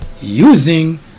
using